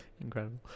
Incredible